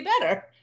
better